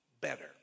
better